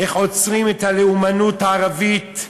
איך עוצרים את הלאומנות הערבית,